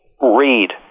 read